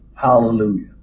Hallelujah